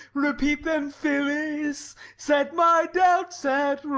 repeat them, phyllis set my doubts at